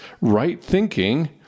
right-thinking